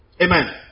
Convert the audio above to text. Amen